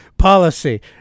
Policy